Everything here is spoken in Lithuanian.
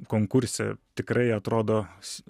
konkurse tikrai atrodo s